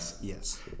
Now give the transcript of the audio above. Yes